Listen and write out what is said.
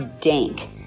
dank